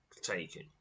taken